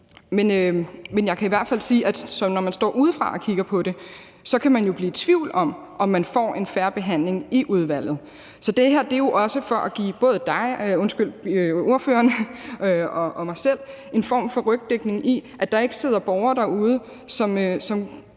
Men jeg kan i hvert fald sige, at når man står udefra og kigger på det, kan man jo blive i tvivl om, om man får en fair behandling i udvalget. Så det her er jo også for at give både ordføreren og mig selv en form for rygdækning for, at der ikke sidder borgere derude, som